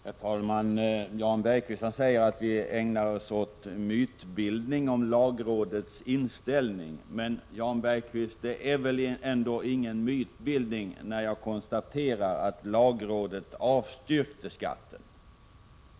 Herr talman! Jan Bergqvist säger att vi ägnar oss åt mytbildning om lagrådets inställning, men det är väl ändå ingen mytbildning när jag konstaterar att lagrådet avstyrkte skatten.